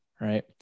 right